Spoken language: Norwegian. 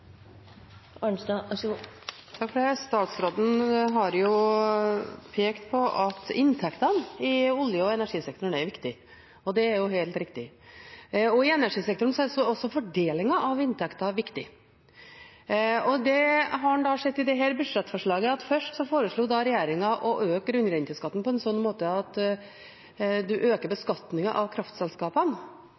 Statsråden har pekt på at inntektene i olje- og energisektoren er viktige, og det er helt riktig. I energisektoren er også fordelingen av inntektene viktig. I dette budsjettforslaget har en sett at regjeringen først foreslo å øke grunnrenteskatten på en slik måte at en øker beskatningen av kraftselskapene.